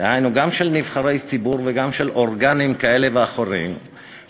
גם של נבחרי ציבור וגם של אורגנים כאלה ואחרים,